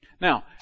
Now